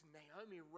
Naomi